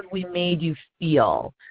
we make you feel?